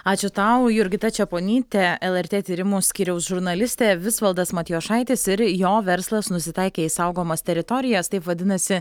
ačiū tau jurgita čeponytė lrt tyrimų skyriaus žurnalistė visvaldas matijošaitis ir jo verslas nusitaikė į saugomas teritorijas taip vadinasi